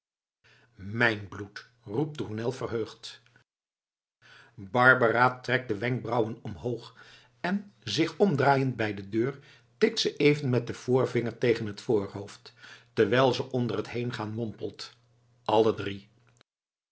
mijn bloed roept tournel verheugd barbara trekt de wenkbrauwen omhoog en zich omdraaiend bij de deur tikt ze even met den voorvinger tegen het voorhoofd terwijl ze onder t heengaan mompelt alle drie